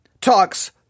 talks